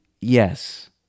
yes